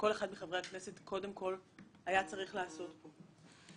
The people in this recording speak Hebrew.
זה כל מה שחבר כנסת היה צריך לעשות פה קודם כל.